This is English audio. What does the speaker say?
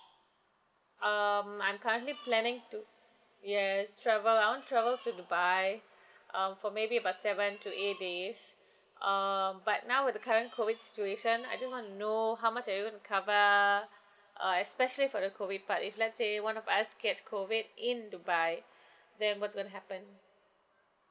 um I'm currently planning to yes travel I want to travel to dubai um for maybe about seven to eight days um but now with the current COVID situation I just want to know how much are you gonna cover uh especially for the COVID part if let's say one of us gets COVID in dubai then what's gonna happen